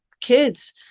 kids